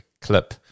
clip